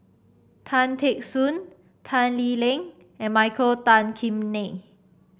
Tan Teck Soon Tan Lee Leng and Michael Tan Kim Nei